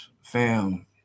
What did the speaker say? fam